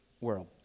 world